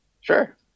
Sure